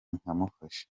nkamufasha